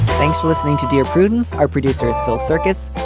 thanks for listening to dear prudence, our producers, phil circus.